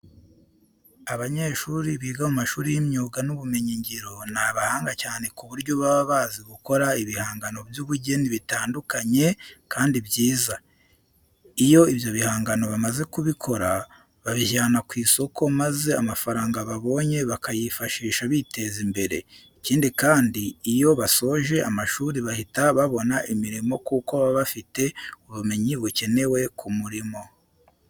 Abanyeshuri biga mu mashuri y'imyuga n'ubumenyingiro ni abahanga cyane ku buryo baba bazi gukora ibihangano by'ubugeni bitandukanyekandi byiza. Iyo ibyo bihangano bamaze kubikora babijyana ku isoko maza amafaranga babonye bakayifashisha biteza imbere. Ikindi kandi, iyo basoje amashuri bahita babona imirimo kuko baba bafite ubumenyi bukenewe ku murimo.